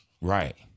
Right